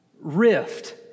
rift